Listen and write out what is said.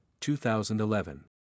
2011